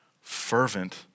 fervent